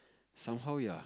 somehow ya